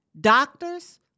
doctors